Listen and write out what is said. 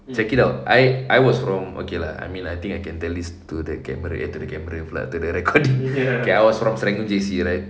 check it out I I was wrong okay lah I mean I think I can tell this to the camera eh to the camera pula to the recorder okay I was from serangoon J_C right